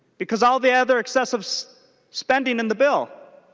because all the other excessive spending in the bill